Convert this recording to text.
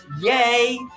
Yay